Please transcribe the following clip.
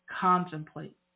contemplate